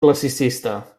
classicista